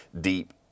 deep